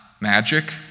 magic